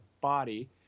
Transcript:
body